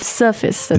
surface